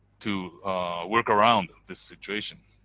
to work around the situation.